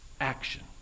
action